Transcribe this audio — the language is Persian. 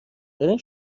دارین